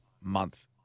month